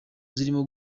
zirimo